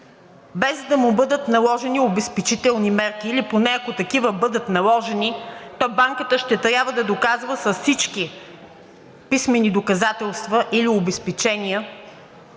без да му бъдат наложени обезпечителни мерки или поне, ако такива бъдат наложени, то банката ще трябва да доказва с всички писмени доказателства или обезпечения,